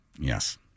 yes